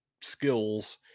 skills